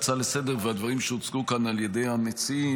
לסדר-היום, והדברים שהוצגו כאן על ידי המציעים,